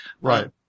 right